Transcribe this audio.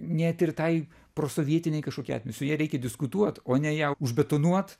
net ir tai prosovietiniai kažkokiai atmin su ja reikia diskutuot o ne ją užbetonuot